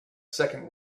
second